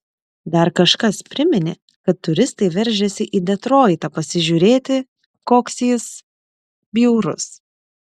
dar kažkas priminė kad turistai veržiasi į detroitą pasižiūrėti koks jis bjaurus